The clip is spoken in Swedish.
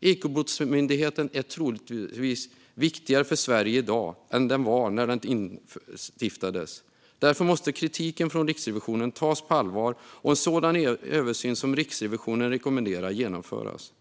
Ekobrottsmyndigheten är troligtvis viktigare för Sverige i dag än den var när den instiftades. Därför måste kritiken från Riksrevisionen tas på allvar och en sådan översyn som Riksrevisionen rekommenderar genomföras.